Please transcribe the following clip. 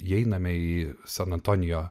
įeiname į san antonijo